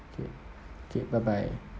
okay okay bye bye